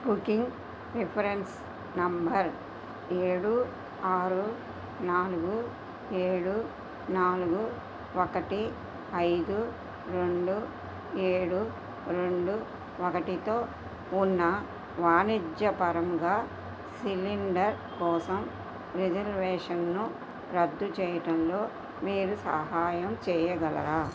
booking reference number ఏడు ఆరు నాలుగు ఏడు నాలుగు ఒకటి ఐదు రెండు ఏడు రెండు ఒకటితో ఉన్న వాణిజ్య పరంగా సిలిండర్ కోసం రిజర్వేషన్ను రద్దు చెయ్యడంలో మీరు సహాయం చెయ్యగలరా